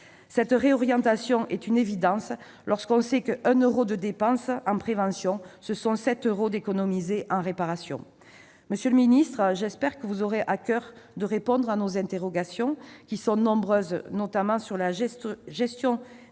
Cette réorientation est une évidence lorsque l'on sait que, pour 1 euro de dépense en prévention, 7 euros sont économisés en réparation ! Monsieur le ministre, j'espère que vous aurez à coeur de répondre à nos interrogations qui sont nombreuses, notamment sur la gestion